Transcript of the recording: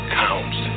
counts